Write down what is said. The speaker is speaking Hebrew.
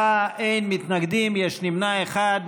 בעד, 84, אין מתנגדים, יש נמנע אחד.